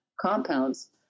compounds